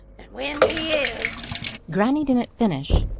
and when he is granny didn't finish,